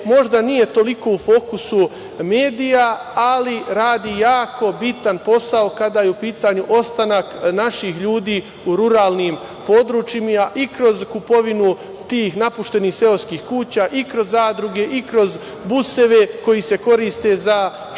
možda nije toliko u fokusu medija, ali radi jako bitan posao kada je u pitanju ostanak naših ljudi u ruralnim područjima i kroz kupovinu napuštenih seoskih kuća i kroz zadruge i kroz buseve koji se koriste za školsku